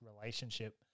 relationship